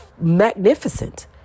magnificent